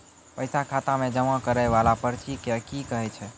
पैसा खाता मे जमा करैय वाला पर्ची के की कहेय छै?